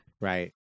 right